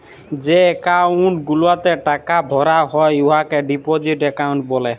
যে একাউল্ট গুলাতে টাকা ভরা হ্যয় উয়াকে ডিপজিট একাউল্ট ব্যলে